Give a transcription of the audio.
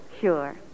Sure